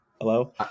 hello